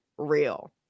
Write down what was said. real